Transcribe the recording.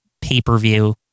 pay-per-view